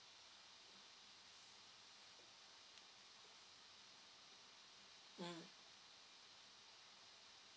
mm